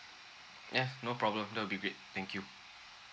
yeah no problem that will be great thank you